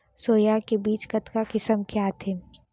Soya के बीज कतका किसम के आथे?